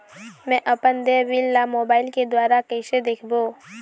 मैं अपन देय बिल ला मोबाइल के द्वारा कइसे देखबों?